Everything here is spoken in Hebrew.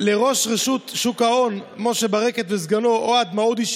לראש רשות שוק ההון משה ברקת ולסגנו אוהד מעודי,